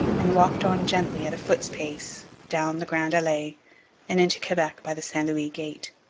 and walked on gently at a foot's pace down the grande allee and into quebec by the st louis gate.